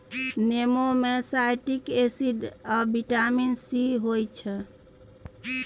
नेबो मे citric acid आ बिटामिन सी होइ छै